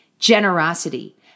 generosity